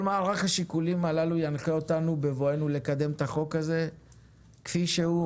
כל מערך השיקולים האלה ינחה אותנו בבואנו לקדם את החוק הזה כפי שהוא,